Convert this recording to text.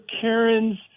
Karen's